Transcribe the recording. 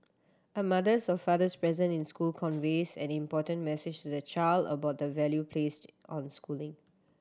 a mother's or father's presence in school conveys an important message to the child about the value placed on schooling